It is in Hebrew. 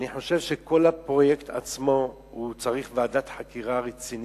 אני חושב שכל הפרויקט עצמו צריך ועדת חקירה רצינית,